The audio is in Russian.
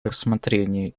рассмотрении